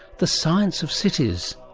the science of cities.